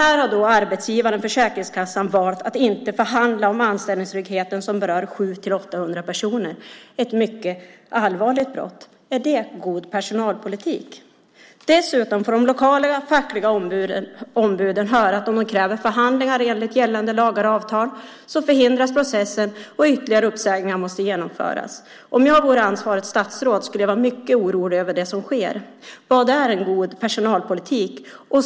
Här har arbetsgivaren Försäkringskassan valt att inte förhandla om den anställningstrygghet som berör 700-800 personer, ett mycket allvarligt brott. Är det god personalpolitik? Dessutom får de lokala fackliga ombuden höra att om de kräver förhandlingar enligt gällande lagar och avtal förhindras processen och ytterligare uppsägningar måste genomföras. Om jag vore ansvarigt statsråd skulle jag vara mycket orolig över det som sker. Vad är en god personalpolitik?